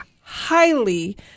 highly